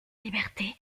liberté